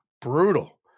Brutal